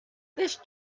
this